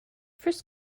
first